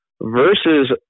versus